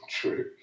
true